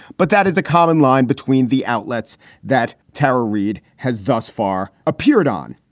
but that is a common line between the outlets that tara reid has thus far appeared on.